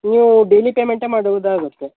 ನೀವು ಡೇಲಿ ಪೇಮೆಂಟೇ ಮಾಡುವುದಾಗುತ್ತೆ